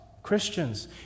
Christians